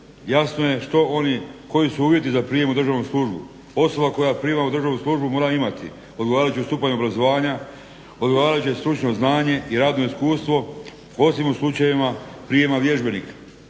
Jasno je što oni, koji su uvjeti za prijem u državnu službu. Osoba koja prima u državnu službu mora imati odgovarajući stupanj obrazovanja, odgovarajuće stručno znanje i radno iskustvo osim u slučajevima prijema vježbenika.